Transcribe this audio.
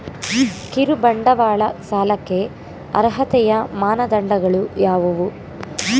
ಕಿರುಬಂಡವಾಳ ಸಾಲಕ್ಕೆ ಅರ್ಹತೆಯ ಮಾನದಂಡಗಳು ಯಾವುವು?